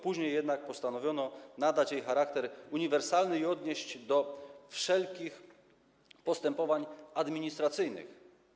Później jednak postanowiono nadać jej charakter uniwersalny i odnieść do wszelkich postępowań administracyjnych.